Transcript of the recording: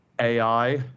AI